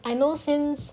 I know since